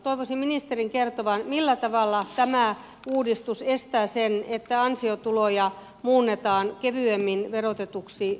toivoisin ministerin kertovan millä tavalla tämä uudistus estää sen että ansiotuloja muunnetaan kevyemmin verotetuksi osinkotuloksi